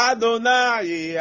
Adonai